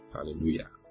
Hallelujah